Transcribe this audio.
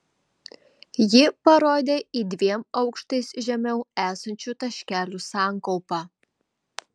ji parodė į dviem aukštais žemiau esančių taškelių sankaupą